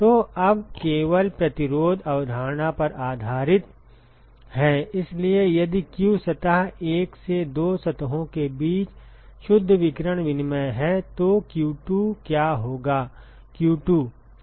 तो अब केवल प्रतिरोध अवधारणा पर आधारित है इसलिए यदि q1 सतह 1 से दो सतहों के बीच शुद्ध विकिरण विनिमय है तो q2 क्या होगा q2